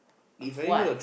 if what